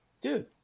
dude